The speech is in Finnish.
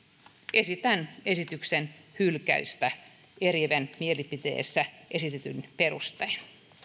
esitän esityksen hylkäystä eriävässä mielipiteessä esitetyin perustein